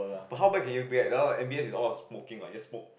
but how bad can you get M_B_S is all smoking what you just smoke